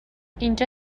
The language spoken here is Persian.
اینجا